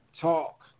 talk